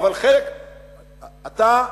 אתה,